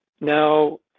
now